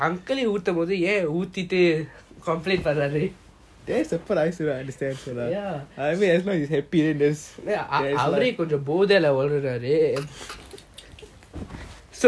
that's the part that I still don't understand also lah I mean like as long as he happy then there's